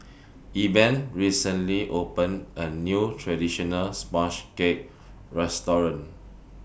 Eben recently opened A New Traditional Sponge Cake Restaurant